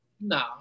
No